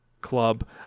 Club